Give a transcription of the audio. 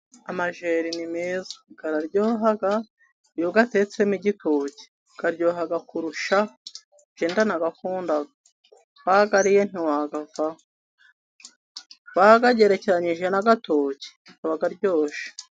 Amajeri nimeza araryoha, iyotetse mu igitoki aryoha kurushaho, njyewe ndanayakunda, wayariye niwayavaho wayagerakiranyije n'agatoki abaryoshye.